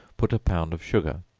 put a pound of sugar,